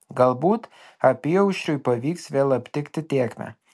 galbūt apyaušriui pavyks vėl aptikti tėkmę